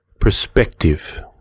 perspective